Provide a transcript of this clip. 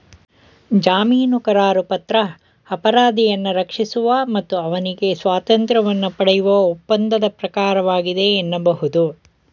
ಜಾಮೀನುಕರಾರುಪತ್ರ ಅಪರಾಧಿಯನ್ನ ರಕ್ಷಿಸುವ ಮತ್ತು ಅವ್ನಿಗೆ ಸ್ವಾತಂತ್ರ್ಯವನ್ನ ಪಡೆಯುವ ಒಪ್ಪಂದದ ಪ್ರಕಾರವಾಗಿದೆ ಎನ್ನಬಹುದು